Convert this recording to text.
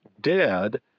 dead